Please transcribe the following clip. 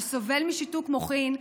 שסובל משיתוק מוחין,